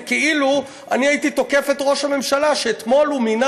זה כאילו אני הייתי תוקף את ראש הממשלה שאתמול הוא מינה